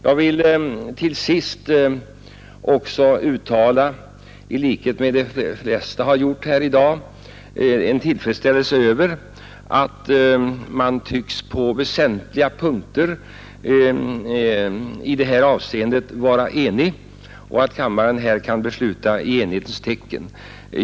Jag vill i övrigt — i likhet med vad de flesta gjort här i dag — uttala en tillfredsställelse över att man tycks på väsentliga punkter i detta ärende vara enig, varför kammaren här kan besluta i enighetens tecken.